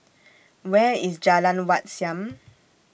Where IS Jalan Wat Siam